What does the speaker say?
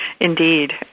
Indeed